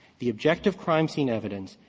the objective crime scene evidence,